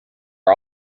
are